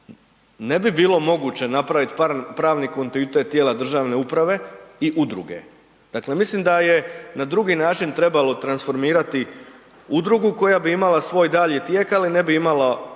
ne bi bilo moguće napraviti pravni kontinuitet tijela državne uprave i udruge. Dakle mislim da je na drugi način trebalo transformirati udrugu koja bi imala svoj dalji tijek, ali ne bi imala